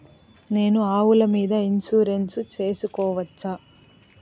నేను ఆవుల మీద ఇన్సూరెన్సు సేసుకోవచ్చా?